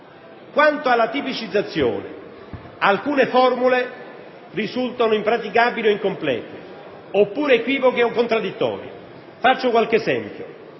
Quanto alla tipicizzazione, alcune formule risultano impraticabili o incomplete oppure equivoche o contraddittorie. Faccio qualche esempio.